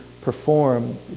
perform